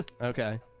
Okay